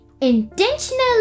intentionally